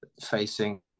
facing